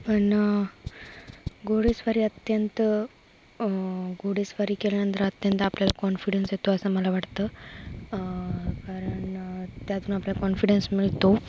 पण घोडेस्वारी अत्यंत घोडेस्वारी केल्यानंतर अत्यंत आपल्याला कॉन्फिडन्स येतो असं मला वाटतं कारण त्यातनं आपला कॉन्फिडन्स मिळतो